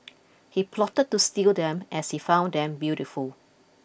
he plotted to steal them as he found them beautiful